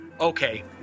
okay